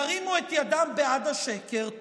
ירימו את ידם בעד השקר,